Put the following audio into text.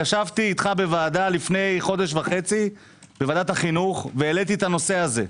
ישבתי איתך בוועדה לפני חודש וחצי בוועדת החינוך והעליתי את הנושא הזה.